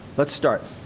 let's start.